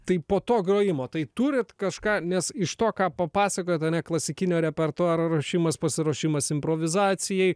tai po to grojimo tai turit kažką nes iš to ką papasakojot ane klasikinio repertuaro ruošimas pasiruošimas improvizacijai